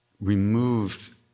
removed